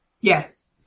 Yes